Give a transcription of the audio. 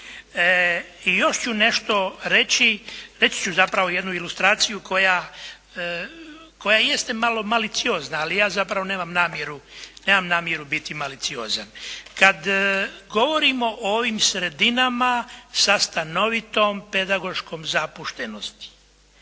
I još ću nešto reći, reći ću zapravo jednu ilustraciju koja jeste malo maliciozna, ali ja zapravo nemam namjeru biti maliciozan. Kad govorimo o ovim sredinama sa stanovitom pedagoškom zapuštenosti